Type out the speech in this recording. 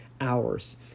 hours